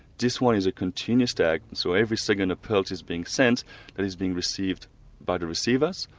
this one is a continuous tag so every second a pulse is being sent that is being received by the receivers,